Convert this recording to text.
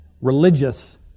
religious